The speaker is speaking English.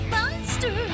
Monster